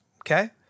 okay